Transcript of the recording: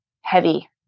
heavy